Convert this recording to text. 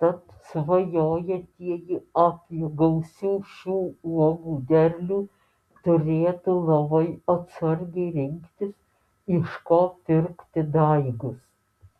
tad svajojantieji apie gausių šių uogų derlių turėtų labai atsargiai rinktis iš ko pirkti daigus